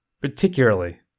particularly